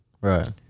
Right